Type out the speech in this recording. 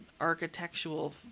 architectural